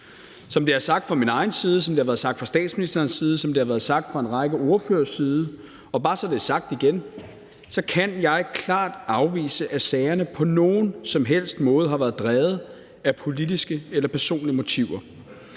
som det har været sagt fra statsministerens side, og som det har været sagt fra en række ordføreres side – bare så det er sagt igen – så kan jeg klart afvise, at sagerne på nogen som helst måde har været drevet af politiske eller personlige motiver.